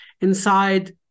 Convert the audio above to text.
inside